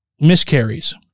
miscarries